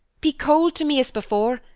be cold to me as before,